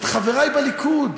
את חברי בליכוד,